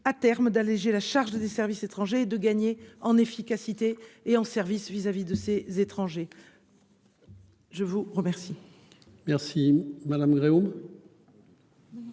à terme d'alléger la charge des services étrangers de gagner en efficacité et en services vis à vis de ces étrangers. Je vous remercie.